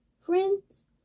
friends